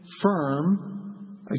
Firm